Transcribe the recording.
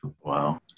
Wow